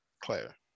claire